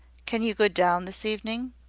can you go down this evening?